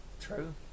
True